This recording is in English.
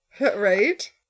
Right